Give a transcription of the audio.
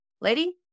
lady